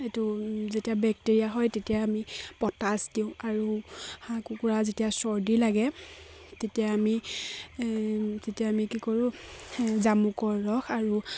এইটো যেতিয়া বেক্টেৰিয়া হয় তেতিয়া আমি পটাছ দিওঁ আৰু হাঁহ কুকুৰাৰ যেতিয়া চৰ্দি লাগে তেতিয়া আমি তেতিয়া আমি কি কৰোঁ জামুকৰ ৰস আৰু